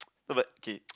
no but K